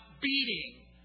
beating